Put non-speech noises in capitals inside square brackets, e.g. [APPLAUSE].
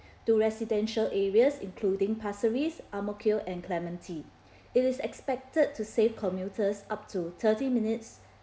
to residential areas including pasir-ris ang-mo-kio and clementi [BREATH] it is expected to save commuters up to thirty minutes